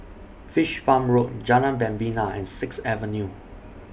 Fish Farm Road Jalan Membina and Sixth Avenue